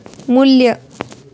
मू्ल्य